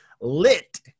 lit